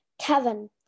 Kevin